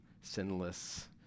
sinless